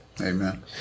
Amen